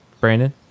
Brandon